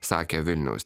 sakė vilniaus